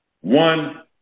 One